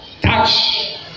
touch